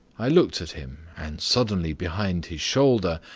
i looked at him, and suddenly, behind his shoulder,